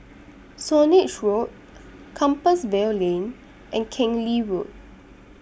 Swanage Road Compassvale Lane and Keng Lee Road